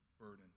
burden